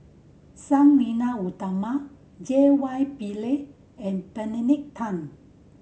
Sang Nila Utama J Y Pillay and Benedict Tan